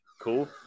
cool